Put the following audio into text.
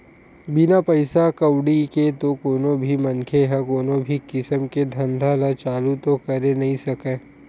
बिना पइसा कउड़ी के तो कोनो भी मनखे ह कोनो भी किसम के धंधा ल चालू तो करे नइ सकय